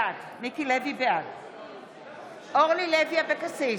בעד אורלי לוי אבקסיס,